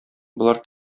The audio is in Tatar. болар